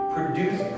Produce